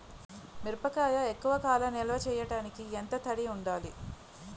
మిరపకాయ ఎక్కువ కాలం నిల్వ చేయటానికి ఎంత తడి ఉండాలి?